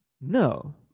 No